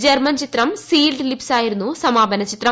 German ചിത്രം sealed lips ആയിരുന്നു സമാപന ചിത്രം